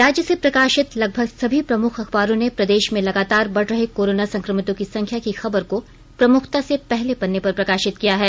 राज्य से प्रकाशित लगभग सभी प्रमुख अखबारों ने प्रदेश में लगातार बढ़ रहे कोरोना संक्रमितों की संख्या की खबर को प्रमुखता से पहले पन्ने पर प्रकाशित किया है